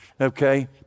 Okay